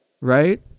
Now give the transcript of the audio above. right